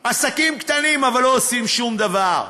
על עסקים קטנים, אבל לא עושים שום דבר.